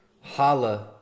holla